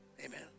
Amen